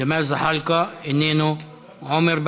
ג'מאל זחאלקה, איננו, עמר בר-לב,